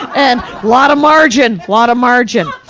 and lot of margin, lot of margin!